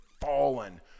fallen